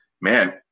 man